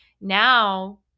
now